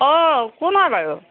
অঁ কোন হয় বাৰু